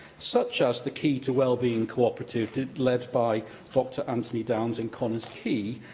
such as the quay to well-being co-operative led by dr anthony downes in connah's quay,